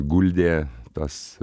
guldė tas